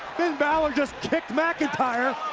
balor just kicked mcinytre.